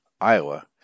Iowa